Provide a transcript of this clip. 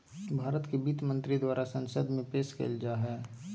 भारत के वित्त मंत्री द्वारा संसद में पेश कइल जा हइ